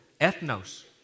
ethnos